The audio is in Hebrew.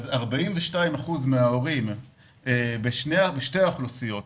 42% מההורים בשתי האוכלוסיות,